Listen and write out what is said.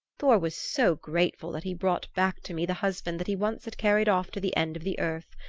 thor was so grateful that he brought back to me the husband that he once had carried off to the end of the earth.